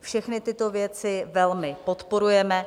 Všechny tyto věci velmi podporujeme.